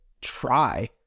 try